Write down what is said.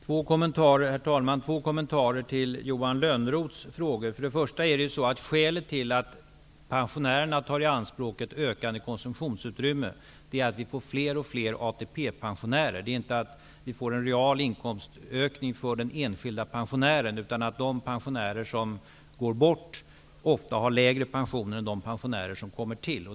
Herr talman! Jag har två kommentarer till Johan Lönnroths frågor. Till att börja med är skälet till att pensionärerna tar i anspråk ett ökat konsumtionsutrymme att det blir fler och fler ATP pensionärer. Skälet är inte att det blir en real inkomstökning för den enskilde pensionären. De pensionärer som faller ifrån har ofta en lägre pension än de pensionärer som kommer till.